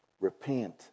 repent